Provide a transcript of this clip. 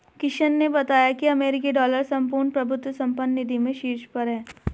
किशन ने बताया की अमेरिकी डॉलर संपूर्ण प्रभुत्व संपन्न निधि में शीर्ष पर है